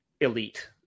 elite